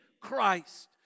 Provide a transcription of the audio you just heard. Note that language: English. Christ